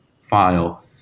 file